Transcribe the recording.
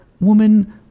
Woman